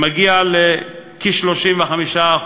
שמגיע לכ-35%,